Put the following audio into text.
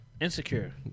Insecure